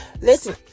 Listen